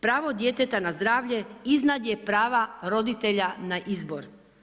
Pravo djeteta na zdravlje iznad je prava roditelja na izbor.